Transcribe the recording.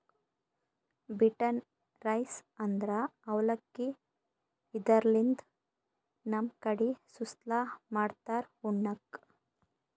beaten rice ಅಂದ್ರ ಅವಲಕ್ಕಿ, ಇದರ್ಲಿನ್ದ್ ನಮ್ ಕಡಿ ಸುಸ್ಲಾ ಮಾಡ್ತಾರ್ ಉಣ್ಣಕ್ಕ್